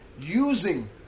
using